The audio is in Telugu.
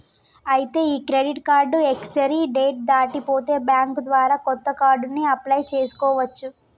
ఐతే ఈ క్రెడిట్ కార్డు ఎక్స్పిరీ డేట్ దాటి పోతే బ్యాంక్ ద్వారా కొత్త కార్డుని అప్లయ్ చేసుకోవచ్చు